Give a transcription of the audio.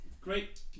great